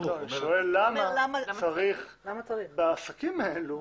אני שואל למה צריך בעסקים האלה.